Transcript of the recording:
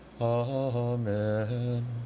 amen